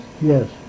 Yes